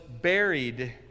buried